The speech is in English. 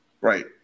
right